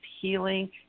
healing